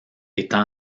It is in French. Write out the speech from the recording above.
étant